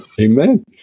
Amen